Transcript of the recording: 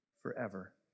forever